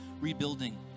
rebuilding